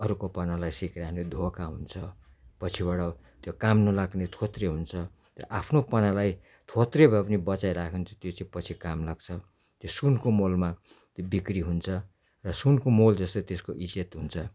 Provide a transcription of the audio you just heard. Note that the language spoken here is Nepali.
अरूकोपनालाई सिक्यो भने हामीलाई धोका हुन्छ पछिबाट त्यो काम नलाग्ने थोत्रे हुन्छ र आफ्नोपनालाई थोत्रे भए पनि बचाइराख्यो भने चाहिँ त्यो चाहिँ पछि काम लाग्छ त्यो सुनको मोलमा त्यो बिक्री हुन्छ र सुनको मोल जसरी त्यसको इज्जत हुन्छ